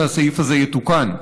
שהסעיף הזה יתוקן.